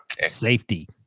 safety